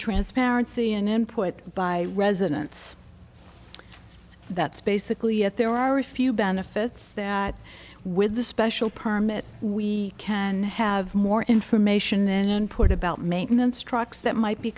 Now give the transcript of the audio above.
transparency and input by residents that's basically it there are a few benefits that with this special permit we can have more information and input about maintenance trucks that might be